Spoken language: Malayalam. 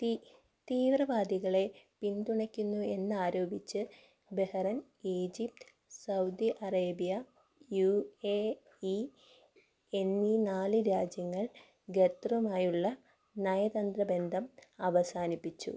തീ തീവ്രവാദികളെ പിന്തുണയ്ക്കുന്നു എന്നാരോപിച്ച് Bahrain Egypt Saudi Arabia U A E എന്നീ നാല് രാജ്യങ്ങൾ ഖത്തറുമായുള്ള നയതന്ത്രബന്ധം അവസാനിപ്പിച്ചു